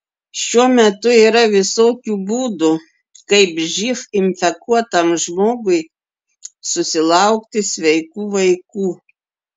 šiuo metu yra visokių būdų kaip živ infekuotam žmogui susilaukti sveikų vaikų